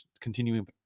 continuing